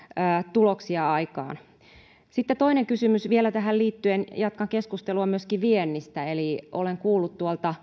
tuloksia aikaan sitten toinen kysymys vielä tähän liittyen jatkan keskustelua myöskin viennistä olen kuullut